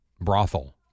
brothel